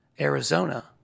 Arizona